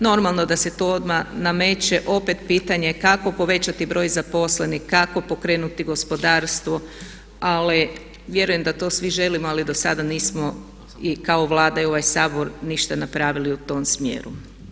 Normalno da se tu odmah nameće opet pitanje kako povećati broj zaposlenih, kako pokrenuti gospodarstvo ali vjerujem da to svi želimo ali dosada nismo kao Vlada i ovaj Sabor ništa napravili u tom smjeru.